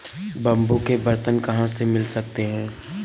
Bamboo के बर्तन कहाँ से मिल सकते हैं?